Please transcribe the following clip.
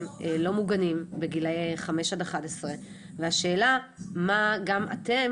לא מוגנים בגילאי 5 עד 11 והשאלה מה גם אתם,